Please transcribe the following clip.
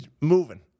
moving